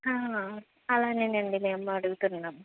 అలాగే అండి మేము అడుగుతున్నాము